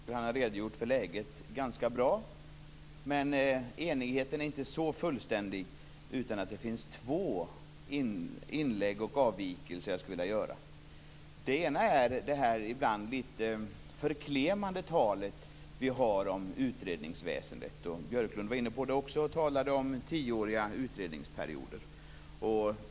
Herr talman! Jag har anledning att i stort sett vara alldeles överens med Ulf Björklund. Jag tycker att han har redogjort ganska bra för läget. Men enigheten är inte så fullständig. Det finns två avvikelser jag skulle vilja göra. Den ena gäller det ibland litet förklenande talet om utredningsväsendet. Björklund var också inne på det och talade om tioåriga utredningsperioder.